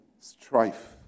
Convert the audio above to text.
strife